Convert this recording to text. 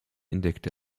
entdeckte